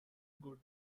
good